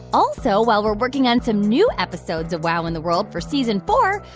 also, while we're working on some new episodes of wow in the world for season four,